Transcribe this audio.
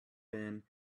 been